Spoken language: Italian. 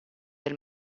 del